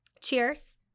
cheers